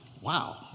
wow